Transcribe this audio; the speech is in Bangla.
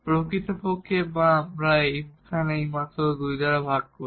প্রকৃতপক্ষে বা আমরা এখানে মাত্র 2 দ্বারা ভাগ করি